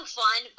fun